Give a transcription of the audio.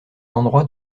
endroit